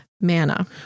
manna